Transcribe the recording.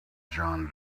john